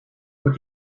what